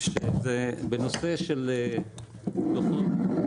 בנושא של דו"חות,